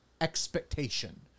expectation